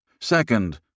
Second